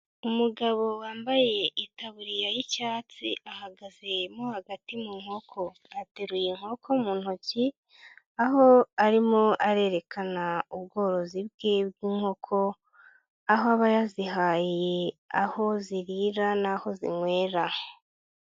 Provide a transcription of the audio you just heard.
Umugabo wambaye itaburiya y'icyatsi ahagaze mo hagati mu nkoko, ateruye inkoko mu ntoki aho arimo arerekana ubworozi bwe bw'inkoko aho aba yazihaye aho zirira n'aho zinywera.